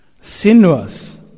sinuous